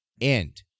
end